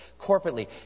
corporately